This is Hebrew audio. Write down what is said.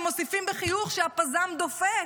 ומוסיפים בחיוך שהפז"ם דופק.